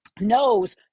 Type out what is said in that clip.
knows